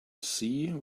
see